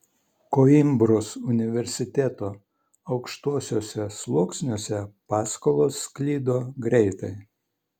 koimbros universiteto aukštuosiuose sluoksniuose paskalos sklido greitai